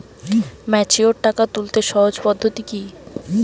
Mature টাকা তুলতে সহজ পদ্ধতি কি?